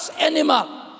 animal